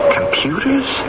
Computers